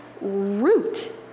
root